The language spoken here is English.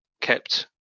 kept